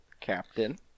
Captain